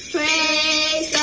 Praise